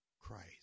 Christ